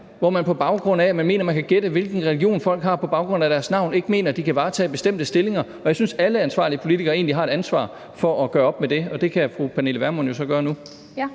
hvor man på baggrund af, at man mener, man kan gætte, hvilken religion folk har på baggrund af deres navn, ikke mener, at de kan varetage bestemte stillinger. Og jeg synes, at alle ansvarlige politikere egentlig har et ansvar over for at gøre op med det. Og det kan fru Pernille Vermund jo så gøre nu.